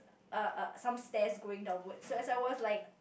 uh some stairs going downwards so as I was like